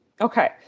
Okay